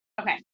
Okay